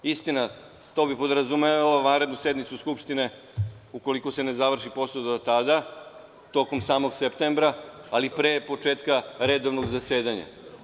Istina, to bi podrazumevalo vanrednu sednicu Skupštine ukoliko se ne završi posao do tada, tokom samog septembra, ali pre početka redovnog zasedanja.